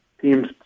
teams